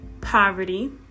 Poverty